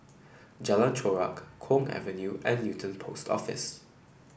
Jalan Chorak Kwong Avenue and Newton Post Office